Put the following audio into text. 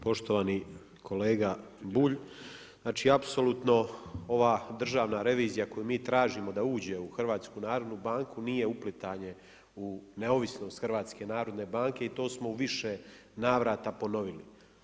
Poštovani, kolega Bulj, znači apsolutno, ova državna revizija koju mi tražimo da uđe u HNB nije upletanje u neovisnost HNB i to smo u veše navrata ponovili.